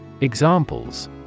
Examples